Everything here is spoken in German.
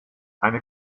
eine